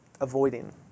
avoiding